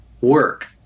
work